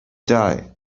die